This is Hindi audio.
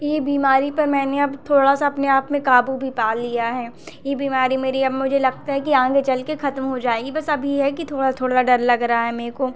यह बीमारी पर मैंने अब थोड़ा सा अपने आप में काबू भी पा लिया है यह बीमारी मेरे अब मुझे लगता है कि आगे चलकर ख़त्म हो जाएगी बस अब यह है कि थोड़ा थोड़ा डर लग रहा मुझको